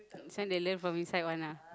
this one they learn from inside one ah